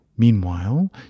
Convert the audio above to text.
Meanwhile